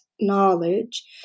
knowledge